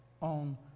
on